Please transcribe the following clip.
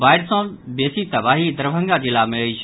बाढ़ि सँ बेसी तबाही दरभंगा जिला मे अछि